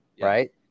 Right